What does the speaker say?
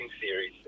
Series